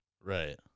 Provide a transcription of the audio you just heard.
Right